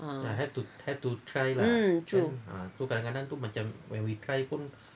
ah mm true